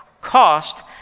cost